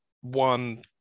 one